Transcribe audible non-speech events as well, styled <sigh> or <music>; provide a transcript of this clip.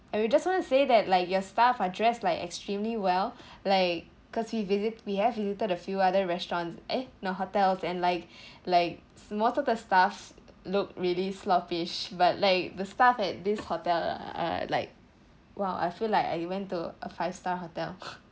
and we just want to say that like your staff are dressed like extremely well like cause we visit we have visited a few other restaurants eh no hotels and like like most of the staff look really sloppish but like the staff at this hotel uh like well I feel like I went to a five star hotel <laughs>